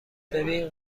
ببین